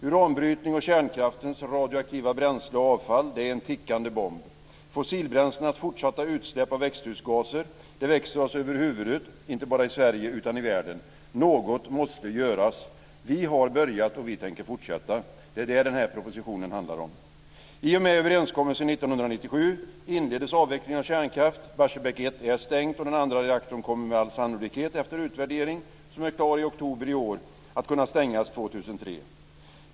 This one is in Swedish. Uranbrytning och kärnkraftens radioaktiva bränsle och avfall är en tickande bomb. Fossilbränslenas fortsatta utsläpp av växthusgaser växer oss över huvudet, inte bara i Sverige utan i världen. Något måste göras. Vi har börjat, och vi tänker fortsätta. Det är det som denna proposition handlar om. I och med överenskommelsen 1997 inleddes avvecklingen av kärnkraft. Barsebäck 1 är stängt, och den andra reaktorn kommer med all sannolikhet efter en utvärdering som är klar i oktober i år att kunna stängas 2003.